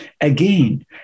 again